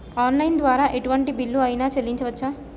Online ద్వారా ఎటువంటి bill అయినా చెల్లించవచ్చా?